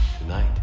tonight